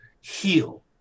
heal